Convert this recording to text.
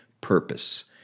purpose